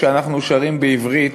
כשאנחנו שרים בעברית,